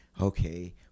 Okay